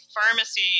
pharmacy